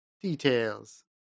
Details